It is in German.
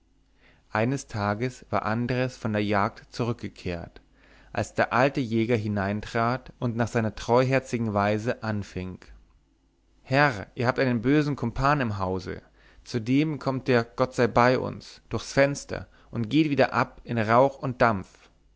eines abends war andres von der jagd zurückgekehrt als der alte jäger hineintrat und nach seiner treuherzigen weise anfing herr ihr habt einen bösen kumpan im hause zu dem kommt der gottseibeiuns durchs fenster und geht wieder ab in rauch und dampf